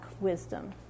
wisdom